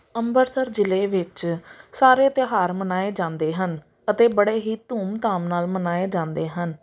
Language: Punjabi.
ਅੰਮ੍ਰਿਤਸਰ ਜ਼ਿਲ੍ਹੇ ਵਿੱਚ ਸਾਰੇ ਤਿਉਹਾਰ ਮਨਾਏ ਜਾਂਦੇ ਹਨ ਅਤੇ ਬੜੇ ਹੀ ਧੂਮਧਾਮ ਨਾਲ ਮਨਾਏ ਜਾਂਦੇ ਹਨ